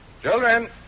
Children